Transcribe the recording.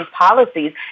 policies